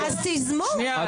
אז תיזמו,